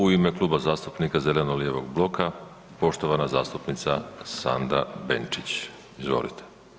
U ime Kluba zastupnika zeleno-lijevog bloka poštovana zastupnica Sandra Benčić, izvolite.